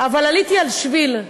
אבל עליתי על שביל,